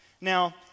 Now